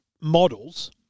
models